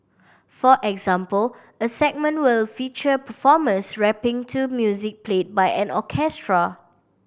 for example a segment will feature performers rapping to music played by an orchestra